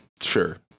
Sure